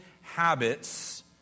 habits